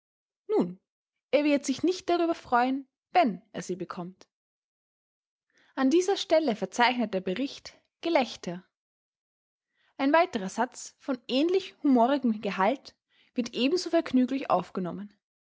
nun er wird sich nicht darüber freuen wenn er sie bekommt an dieser stelle verzeichnet der bericht gelächter ein weiterer satz von ähnlich humorigem gehalt wird ebenso vergnüglich aufgenommen